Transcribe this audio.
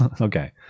Okay